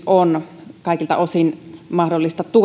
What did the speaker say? on kaikilta osin mahdollista